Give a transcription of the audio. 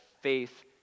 faith